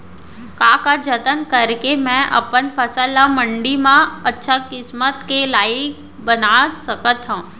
का का जतन करके मैं अपन फसल ला मण्डी मा अच्छा किम्मत के लाइक बना सकत हव?